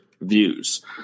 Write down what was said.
views